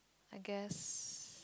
I guess